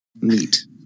Neat